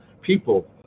people